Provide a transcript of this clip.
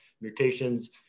mutations